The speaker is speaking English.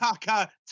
Tucker